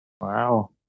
Wow